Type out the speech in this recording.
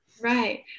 right